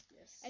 Yes